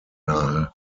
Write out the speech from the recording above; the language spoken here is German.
nahe